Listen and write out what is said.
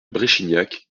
bréchignac